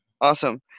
Awesome